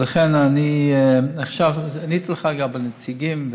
עניתי לך על נציגים,